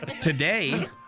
Today